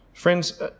Friends